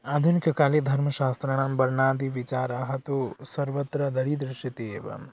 आधुनिककाले धर्मशास्त्राणां वर्णादि विचाराः तु सर्वत्र दरी दृश्यते एव